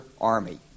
Army